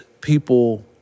people